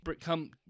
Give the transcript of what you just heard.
come